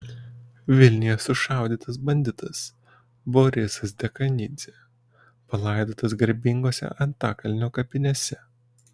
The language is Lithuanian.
vilniuje sušaudytas banditas borisas dekanidzė palaidotas garbingose antakalnio kapinėse